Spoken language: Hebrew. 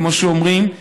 כמו שאומרים.